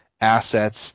assets